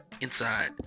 Inside